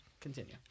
Continue